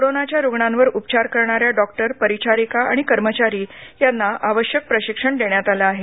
कोरोनाच्या रूग्णावर उपचार करणा या डॉक्टर परिचारिका आणि कर्मचारी यांना आवश्यक प्रशिक्षण देण्यात आले आहे